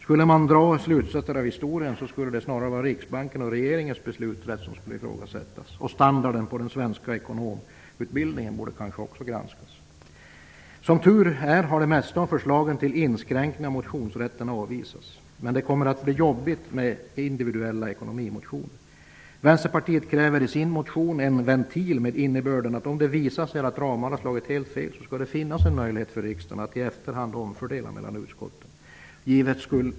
Skulle man dra slutsatser av historien är det närmast Riksbankens och regeringens beslutsrätt som skulle ifrågasättas. Standarden på den svenska ekonomutbildningen borde kanske också granskas. Som tur är har det mesta av förslagen till inskränkning av motionsrätten avvisats. Men det kommer att bli jobbigt med individuella ekonomimotioner. Vänsterpartiet kräver i sin motion en ventil med innebörden, att om det visar sig att ramarna slagit helt fel skall det finnas en möjlighet för riksdagen att i efterhand omfördela mellan utskotten.